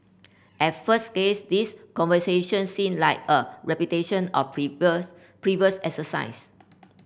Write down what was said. at first glance these conversations seem like a repetition of previous previous exercise